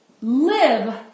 Live